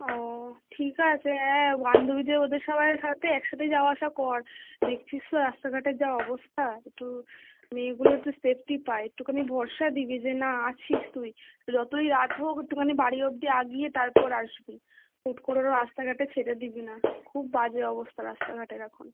ও ঠিক আছে অ্যাঁ বান্ধবীদের ওদের সবাইয়ের সাথে একসাথেই যাওয়া আসা কর দেখছিস তো রাস্তাঘাটের যা অবস্থা একটু মেয়েগুলো একটু সেফটি পায় একটুখানি ভরসা দিবি যে না আছিস তুই যতোই রাত হোক একটুখানি বাড়ি অবধি আগিয়ে তারপর আসবি হুট করে ও রাস্তাঘাটে ছেড়ে দিবি না খুব বাজে অবস্থা রাস্তাঘাটের এখন